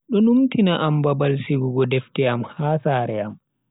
Do numtina am babal sigugo defte am ha sare am.